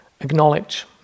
acknowledge